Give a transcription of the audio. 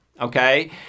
Okay